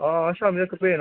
आं शामीं तगर भेजना नेईं ते